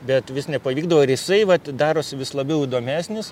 bet vis nepavykdavo ir jisai vat darosi vis labiau įdomesnis